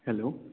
hello